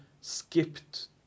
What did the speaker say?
skipped